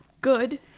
good